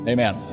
Amen